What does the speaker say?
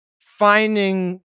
finding